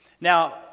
Now